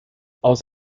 aus